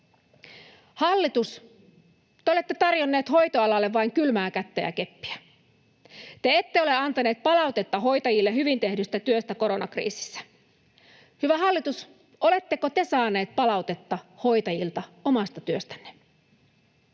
Hallitus, olette tarjonneet hoitoalalle vain kylmää kättä ja keppiä. Te ette ole antaneet palautetta hoitajille hyvin tehdystä työstä koronakriisissä. Hyvä hallitus, oletteko te saaneet palautetta hoitajilta omasta työstänne?